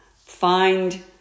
find